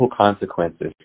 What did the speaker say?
consequences